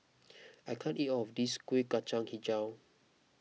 I can't eat all of this Kuih Kacang HiJau